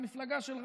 מהמפלגה של רע"מ?